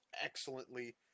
excellently